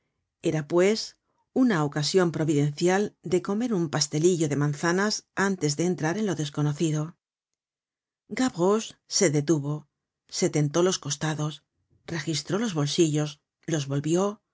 era pues una ocasion providencial de comer un pastelillo de manzanas antes de entrar en lo desconocido gavroche se detuvo se tentó los costados registró los bolsillos lo s volvió